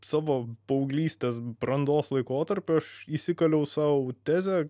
savo paauglystės brandos laikotarpiu aš įsikaliau sau tezę